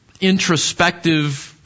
introspective